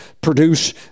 produce